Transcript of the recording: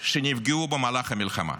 שנפגעו במהלך המלחמה.